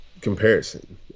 comparison